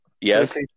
Yes